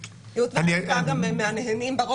השלושה, התיקים מתרבים והזוכים גם כן מתרבים?